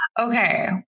Okay